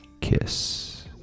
kiss